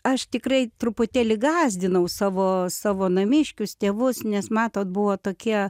aš tikrai truputėlį gąsdinau savo savo namiškius tėvus nes matot buvo tokie